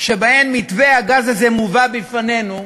שבהן מתווה הגז הזה מובא בפנינו,